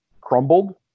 crumbled